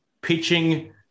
Pitching